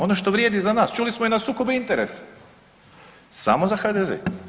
Ono što vrijedi i za nas, čuli smo i na sukobu interes, samo za HDZ.